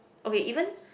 okay even